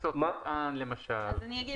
טיסות מטען למשל.